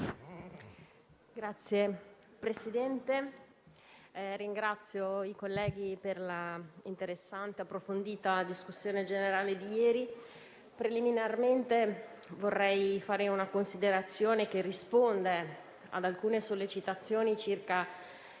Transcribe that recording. Signor Presidente, ringrazio i colleghi per l'interessante e approfondita discussione generale di ieri. Vorrei preliminarmente fare una considerazione che risponde ad alcune sollecitazioni sul